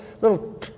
little